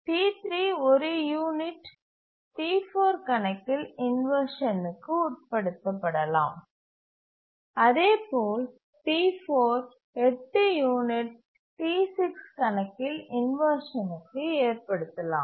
T3 1 unit T4 கணக்கில் இன்வர்ஷன்க்கு உட்படுத்தப்படலாம் அதேபோல் T4 8 யூனிட்ஸ் T6 கணக்கில் இன்வர்ஷன்க்கு ஏற்படுத்தலாம்